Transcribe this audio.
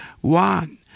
one